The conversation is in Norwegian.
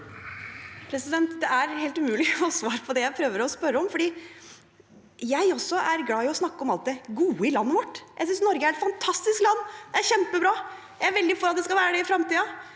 Det er helt umulig å få svar på det jeg prøver å spørre om. Jeg er også glad i å snakke om alt det gode i landet vårt. Jeg synes Norge er et fantastisk land, det er kjempebra. Jeg er veldig for at det skal være det i fremtiden